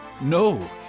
No